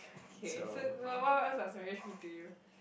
okay so what what does marriage mean to you